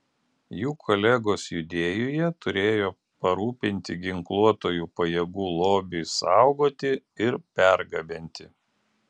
jų kolegos judėjoje turėjo parūpinti ginkluotųjų pajėgų lobiui saugoti ir pergabenti